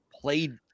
played